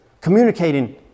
communicating